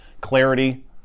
Clarity